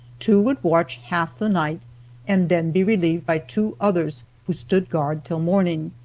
two would watch half the night and then be relieved by two others who stood guard till morning.